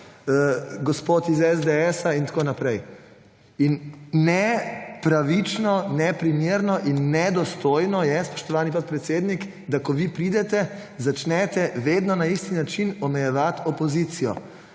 gospod iz SDS. In tako naprej. In nepravično, neprimerno in nedostojno je, spoštovani podpredsednik, da ko vi pridete, začnete vedno na isti način omejevati opozicijo.